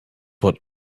what